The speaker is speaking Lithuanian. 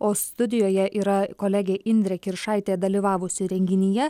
o studijoje yra kolegė indrė kiršaitė dalyvavusi renginyje